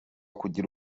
kugira